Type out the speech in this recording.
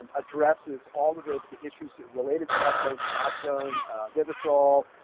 addresses all of the issues related to methadone, suboxone vivitrol,